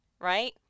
right